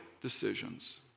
decisions